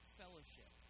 fellowship